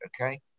okay